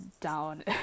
down